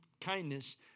kindness